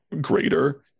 greater